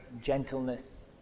gentleness